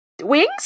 Wings